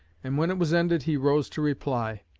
and when it was ended, he rose to reply.